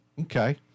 Okay